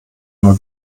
nur